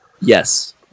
Yes